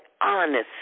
honest